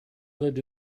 lived